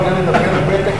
ואני לא הרמתי את קולי,